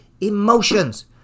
emotions